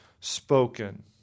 spoken